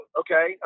okay